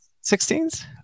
Sixteens